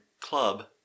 club